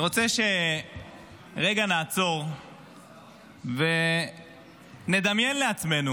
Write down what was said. אני רוצה שנעצור רגע ונדמיין לעצמנו